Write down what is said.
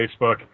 Facebook